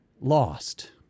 lost